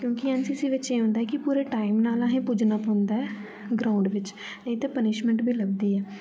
क्युंकी N C C दे बच्चे गी होंदा ऐ कि पुरे टाइम नाल असें पुज्जना पौंदा ऐ ग्राउंड बिच्च नेईं ते पनिशमेंट बी लब्बदी ऐ